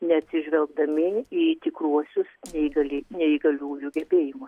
neatsižvelgdami į tikruosius neįgal neįgaliųjų gebėjimus